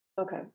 Okay